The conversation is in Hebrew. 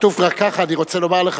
כתוב רק ככה, אני רוצה לומר לך.